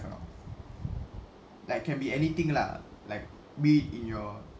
or not like can be anything lah like be it in your